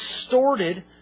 distorted